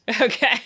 Okay